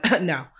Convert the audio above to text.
no